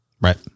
Right